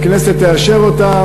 הכנסת תאשר אותה,